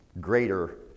greater